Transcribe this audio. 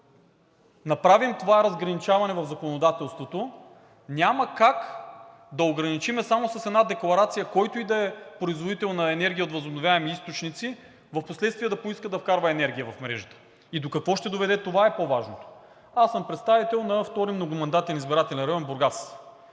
направим това разграничаване в законодателството, няма как да ограничим само с една декларация който и да е производител на енергия от възобновяеми източници, впоследствие да поиска да вкарва енергия в мрежата. И до какво ще доведе това, е по-важното. Аз съм представител на Втори многомандатен избирателен район – Бургас